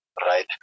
Right